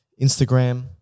Instagram